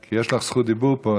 כי יש לך זכות דיבור פה.